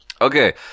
okay